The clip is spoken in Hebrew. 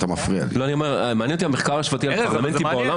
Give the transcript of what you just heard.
מעניין אותי המחקר ההשוואתי על הפרלמנטים בעולם